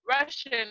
Russian